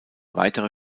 weitere